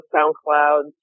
SoundCloud